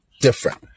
different